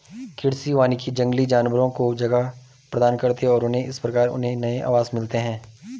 कृषि वानिकी जंगली जानवरों को जगह प्रदान करती है और इस प्रकार उन्हें नए आवास मिलते हैं